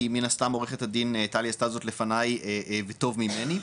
כי מן הסתם עו"ד טלי עשתה זאת לפניי וטוב ממני.